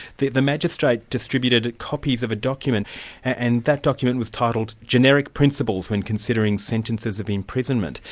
the the magistrate distributed copies of a document and that document was titled generic principles when considering sentences of imprisonment.